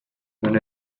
non